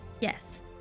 Yes